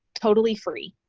totally free.